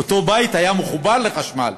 ואותו בית היה מחובר לחשמל,